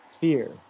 fear